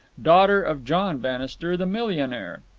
daughter of john bannister, the millionaire.